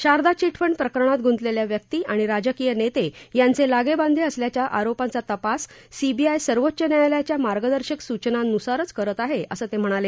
Sharda chit fund प्रकरणात गुंतलेल्या व्यक्ती आणि राजकीय नेते यांचे लागेबांधे असल्याच्या आरोपांचा तपास सीबीआय सर्वोच न्यायालयाच्या मार्गदर्शक सूचनांनुसारच करत आहे असं ते म्हणाले